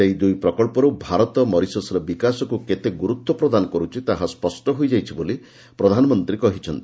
ସେହି ଦୁଇ ପ୍ରକଳ୍ପରୁ ଭାରତ ମରିସସ୍ର ବିକାଶକୁ କେତେ ଗୁରୁତ୍ୱପ୍ରଦାନ କରୁଛି ତାହା ସ୍ୱଷ୍ଟ ହୋଇଯାଉଛି ବୋଲି ପ୍ରଧାନମନ୍ତ୍ରୀ କହିଛନ୍ତି